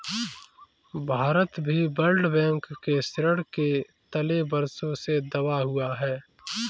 भारत भी world bank के ऋण के तले वर्षों से दबा हुआ है